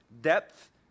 depth